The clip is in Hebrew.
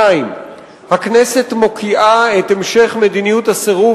2. הכנסת מוקיעה את המשך מדיניות הסירוב